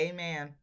Amen